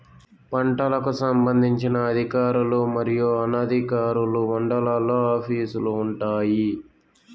పంటలకు సంబంధించిన అధికారులు మరియు అనధికారులు మండలాల్లో ఆఫీస్ లు వుంటాయి?